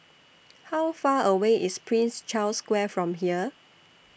How Far away IS Prince Charles Square from here